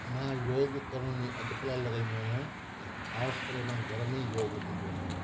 मां योग करण में अधि कलाक लॻाईंदो आहियां ऐं ख़ासिकरे मां घर में योग कंदो आहियां